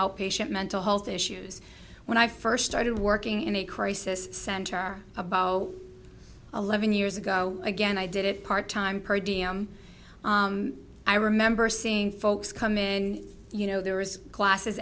outpatient mental health issues when i first started working in a crisis center are about eleven years ago again i did it part time per d m i remember seeing folks come in you know there was classes